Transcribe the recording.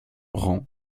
rang